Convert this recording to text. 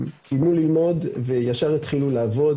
הם סיימו ללמוד וישר התחילו לעבוד